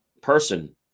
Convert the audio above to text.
person